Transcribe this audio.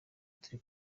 turi